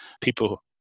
people